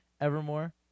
Evermore